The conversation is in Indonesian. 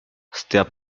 setiap